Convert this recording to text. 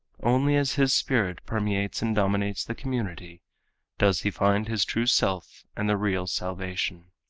only as his spirit permeates and dominates the community does he find his true self and the real salvation.